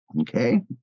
okay